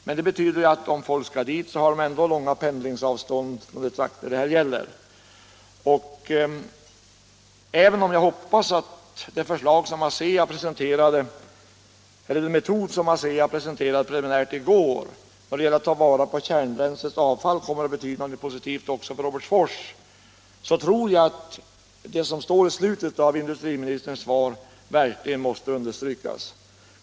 Men det betyder att om folk skall dit, så har de ändå långa pendlingsavstånd i de trakter det här gäller. Även om jag hoppas att den metod som ASEA presenterade preliminärt i går, vad gäller att ta vara på kärnbränslets avfall, också kommer att betyda någonting positivt för Robertsfors, tror jag att det som framhålls i slutet av industriministerns svar verkligen måste understrykas.